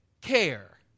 care